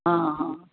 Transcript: हाँ हाँ